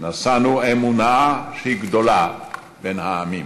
נשאנו אמונה שהיא גדולה בין העמים.